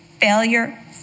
failure